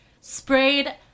sprayed